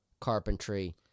carpentry